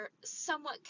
somewhat